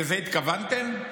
לזה התכוונתם?